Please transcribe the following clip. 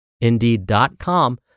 indeed.com